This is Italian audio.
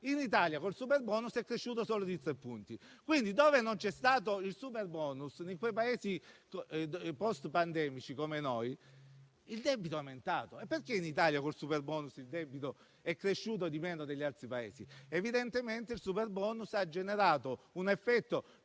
in Italia, col superbonus, è cresciuto di soli tre punti. Quindi, dove non c'è stato il superbonus, in Paesi post pandemici come noi, il debito è aumentato. Perché in Italia, col superbonus, il debito è cresciuto meno degli altri Paesi? Evidentemente perché il superbonus ha generato un effetto